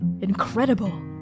Incredible